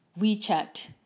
WeChat